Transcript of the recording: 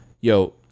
yo